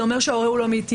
זה אומר שההורה הוא לא מיטיב.